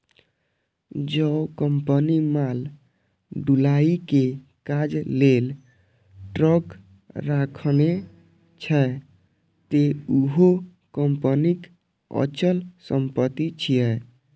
जौं कंपनी माल ढुलाइ के काज लेल ट्रक राखने छै, ते उहो कंपनीक अचल संपत्ति छियै